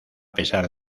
pesar